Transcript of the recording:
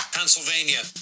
Pennsylvania